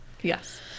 Yes